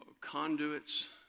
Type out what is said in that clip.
conduits